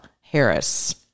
Harris